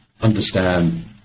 understand